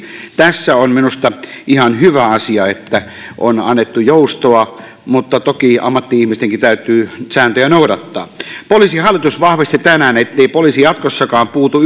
tässä on minusta ihan hyvä asia se että on annettu joustoa mutta toki ammatti ihmistenkin täytyy sääntöjä noudattaa poliisihallitus vahvisti tänään ettei poliisi jatkossakaan puutu